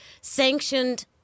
sanctioned